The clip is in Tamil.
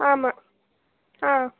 ஆமாம் ஆ